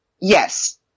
Yes